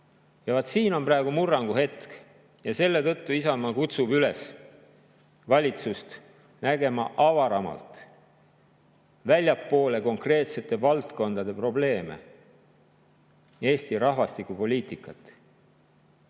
Ja vaat, siin on praegu murranguhetk. Selle tõttu kutsub Isamaa üles valitsust nägema avaramalt, väljapoole konkreetsete valdkondade probleeme Eesti rahvastikupoliitikat.